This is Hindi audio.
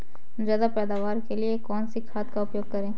ज्यादा पैदावार के लिए कौन सी खाद का प्रयोग करें?